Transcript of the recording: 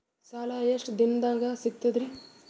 ಸಾಲಾ ಎಷ್ಟ ದಿಂನದಾಗ ಸಿಗ್ತದ್ರಿ?